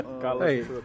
Hey